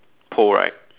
pole right